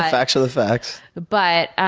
facts are the facts. but,